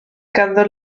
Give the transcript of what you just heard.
ganddo